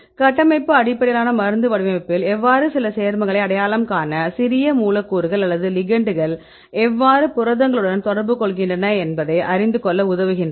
கட்டமைப்பு அடிப்படையிலான மருந்து வடிவமைப்பில் எவ்வாறு சில சேர்மங்களை அடையாளம் காணத் சிறிய மூலக்கூறுகள் அல்லது லிகெெண்ட்கள் எவ்வாறு புரதங்களுடன் தொடர்பு கொள்கின்றன என்பதை அறிந்துகொள்ள உதவுகின்றன